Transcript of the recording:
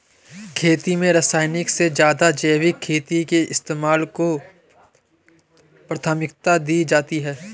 खेती में रासायनिक से ज़्यादा जैविक खेती के इस्तेमाल को प्राथमिकता दी जाती है